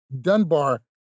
Dunbar